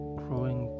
growing